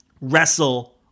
wrestle